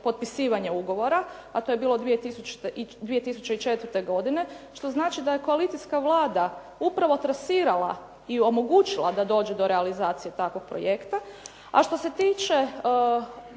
ugovora a to je bilo 2004. godine što znači da je koalicijska Vlada upravo trasirala i omogućila da dođe do realizacije takvog projekta. A što se tiče